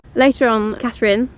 later on, catherine,